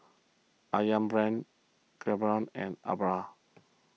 Ayam Brand Revlon and Alba